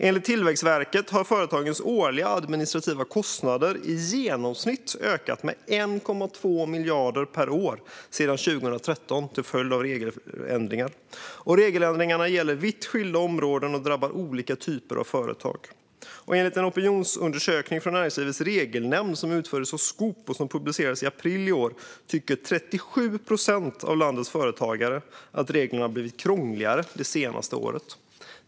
Enligt Tillväxtverket har företagens årliga administrativa kostnader i genomsnitt ökat med 1,2 miljarder kronor per år sedan 2013 till följd av regeländringar, och regeländringarna gäller vitt skilda områden och drabbar olika typer av företag. Enligt en opinionsundersökning från Näringslivets Regelnämnd som utfördes av Skop och som publicerades i april i år tycker 37 procent av landets företagare att reglerna har blivit krångligare det senaste året.